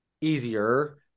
easier